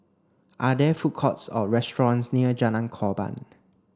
are there food courts or restaurants near Jalan Korban